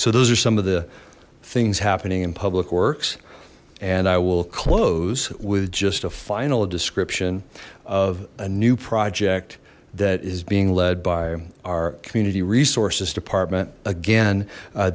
so those are some of the things happening in public works and i will close with just a final a description of a new project that is being led by our community resources department again